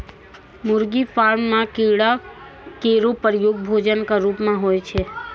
मुर्गी फार्म म कीड़ा केरो प्रयोग भोजन क रूप म होय छै